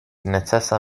necesa